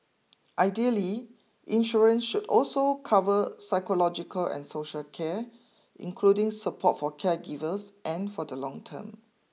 ideally insurance should also cover psychological and social care including support for caregivers and for the long term